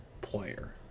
player